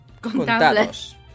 contados